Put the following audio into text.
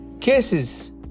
Kisses